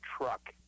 truck